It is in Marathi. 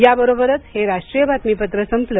याबरोबरच हे राष्ट्रीय बातमीपत्र संपलं